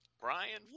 Brian